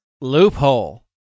Loophole